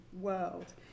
world